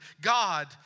God